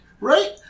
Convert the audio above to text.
Right